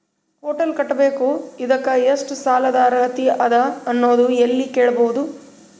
Hotel ಕಟ್ಟಬೇಕು ಇದಕ್ಕ ಎಷ್ಟ ಸಾಲಾದ ಅರ್ಹತಿ ಅದ ಅನ್ನೋದು ಎಲ್ಲಿ ಕೇಳಬಹುದು?